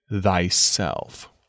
thyself